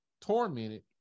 tormented